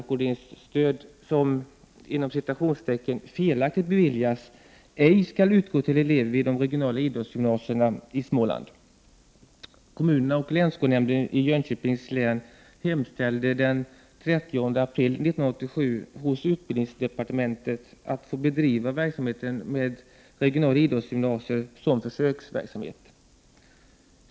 Kommunerna och länsskolnämnden i Jönköpings län hemställde den 30 april 1987 hos utbildningsdepartementet att som försöksverksamhet få bedriva verksamhet med regionala idrottsgymnasier.